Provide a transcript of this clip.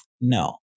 no